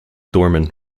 doorman